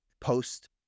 post